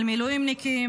על מילואימניקים,